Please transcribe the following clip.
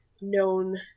known